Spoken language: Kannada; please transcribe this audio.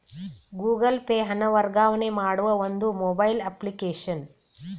ಗೂಗಲ್ ಪೇ ಹಣ ವರ್ಗಾವಣೆ ಮಾಡುವ ಒಂದು ಮೊಬೈಲ್ ಅಪ್ಲಿಕೇಶನ್